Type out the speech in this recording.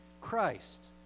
Christ